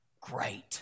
great